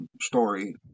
story